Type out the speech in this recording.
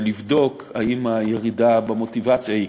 ולבדוק אם הירידה במוטיבציה היא